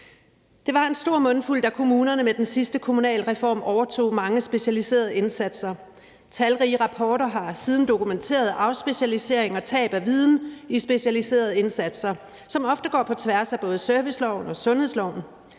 Det var en stor mundfuld, da kommunerne med den sidste kommunalreform overtog mange specialiserede indsatser. Talrige rapporter har siden dokumenteret afspecialiseringen og tabet af viden i specialiserede indsatser, som ofte går på tværs af både serviceloven og sundhedsloven.